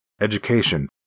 education